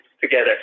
together